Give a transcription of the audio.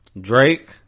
Drake